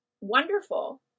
wonderful